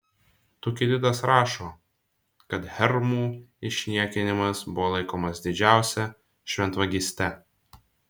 tukididas rašo kad hermų išniekinimas buvo laikomas didžiausia šventvagyste